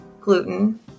gluten